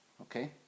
Okay